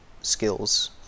skills